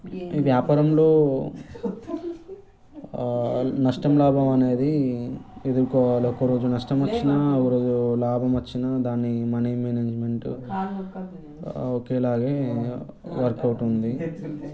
ఈ వ్యాపారంలో నష్టం లాభం అనేది ఎదుర్కోవాలి ఒకరోజు నష్టం వచ్చిన ఒకరోజు లాభం వచ్చిన దాన్ని మనీ మేనేజ్మెంట్ ఒకే లాగే వర్క్ అవుతుంది